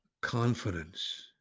confidence